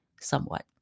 Somewhat